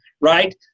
right